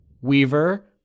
Weaver